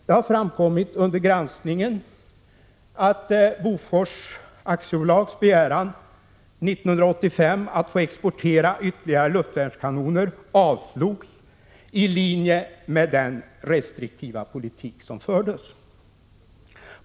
Det har framkommit under granskningen att Bofors AB:s begäran 1985 att få exportera ytterligare luftvärnskanoner avslogs, i linje med den restriktiva politik som fördes.